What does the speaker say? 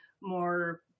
more